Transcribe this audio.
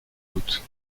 doute